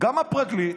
גם הפרקליט,